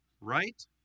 Right